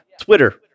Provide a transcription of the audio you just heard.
Twitter